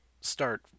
start